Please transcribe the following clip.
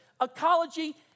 Ecology